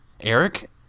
Eric